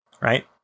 right